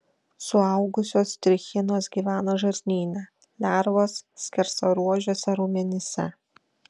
suaugusios trichinos gyvena žarnyne lervos skersaruožiuose raumenyse